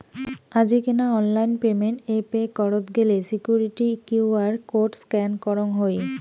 আজিকেনা online payment এ pay করত গেলে সিকুইরিটি কিউ.আর কোড স্ক্যান করঙ হই